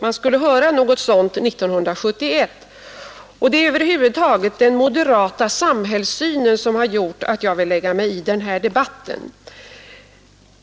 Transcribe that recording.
jag skulle få höra någonting sådant år 1971. Det är den moderata samhällssynen över huvud taget som har gjort att jag har velat lägga mig i den här debatten.